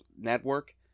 network